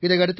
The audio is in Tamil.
இதையடுத்து